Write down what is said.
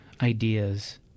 ideas